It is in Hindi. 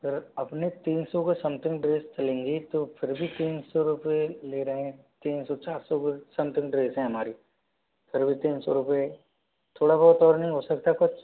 सर अपने तीन सौ के समथिंग ड्रेस सिलेंगी तो फिर भी तीन सौ रुपये ले रहे हैं तीन सौ चार सौ समथिंग ड्रेस हैं हमारी फिर भी तीन सौ रुपये थोड़ा बहुत और नहीं हो सकता कुछ